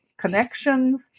connections